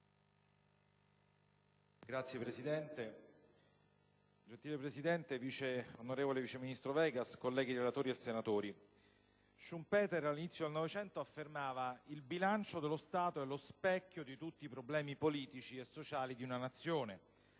*(PD)*. Signor Presidente, onorevole vice ministro Vegas, colleghi relatori e senatori, Schumpeter, all'inizio del Novecento, affermava che il bilancio dello Stato è lo specchio di tutti i problemi politici e sociali di una Nazione.